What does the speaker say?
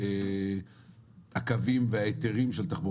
השרה מעודדת אותי להישאר שם או מפיחה בי רוח תקווה.